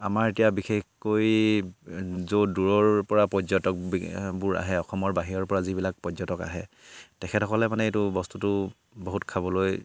আমাৰ এতিয়া বিশেষকৈ য'ত দূৰৰপৰা পৰ্যটকবোৰ আহে অসমৰ বাহিৰৰপৰা যিবিলাক পৰ্যটক আহে তেখেতসকলে মানে এইটো বস্তুটো বহুত খাবলৈ